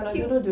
you